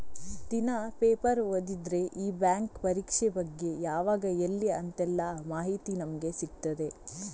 ದಿನಾ ಪೇಪರ್ ಓದಿದ್ರೆ ಈ ಬ್ಯಾಂಕ್ ಪರೀಕ್ಷೆ ಬಗ್ಗೆ ಯಾವಾಗ ಎಲ್ಲಿ ಅಂತೆಲ್ಲ ಮಾಹಿತಿ ನಮ್ಗೆ ಸಿಗ್ತದೆ